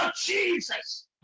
jesus